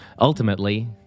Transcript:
Ultimately